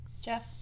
Jeff